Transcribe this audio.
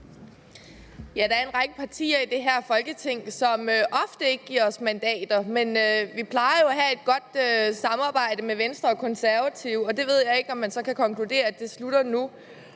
Der er en række partier i det her Folketing, som ofte ikke giver os mandat, men vi plejer jo at have et godt samarbejde med Venstre og Konservative, og jeg ved ikke, om man så kan konkludere, at det slutter nu.